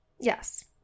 Yes